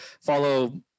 follow